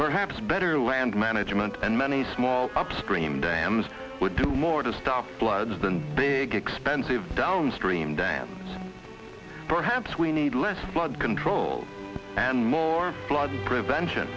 perhaps better land management and many small upstream dams would do more to stop floods than big expensive downstream dans perhaps we need less blood control and more blood prevention